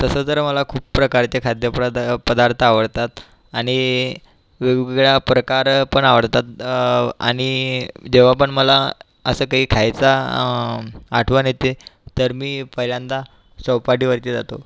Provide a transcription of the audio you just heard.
तसं तर मला खूप प्रकारचे खाद्यप्रदा पदार्थ आवडतात आणि वेगवेगळ्या प्रकार पण आवडतात आणि जेव्हा पण मला असं काही खायचा आठवण येते तर मी पहिल्यांदा चौपाटीवरती जातो